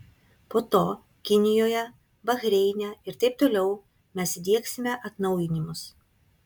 po to kinijoje bahreine ir taip toliau mes įdiegsime atnaujinimus